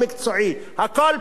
הכול פוליטיקה בגרוש.